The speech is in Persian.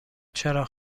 چراغ